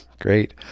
Great